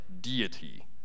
deity